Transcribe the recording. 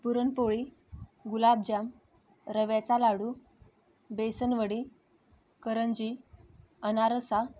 पुरणपोळी गुलाबजाम रव्याचा लाडू बेसनवडी करंजी अनारसा